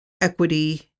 equity